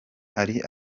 hari